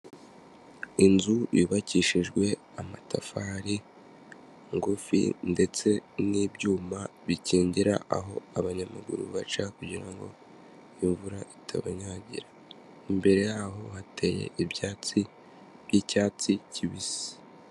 Inzu yubakishijwe amatafari ngufi, ndetse n'ibyuma bikingira aho abanyamaguru baca kugira ngo imvura itabanyagira imbere yaho hateye ibyatsi by'icyatsi kibisi.